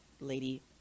lady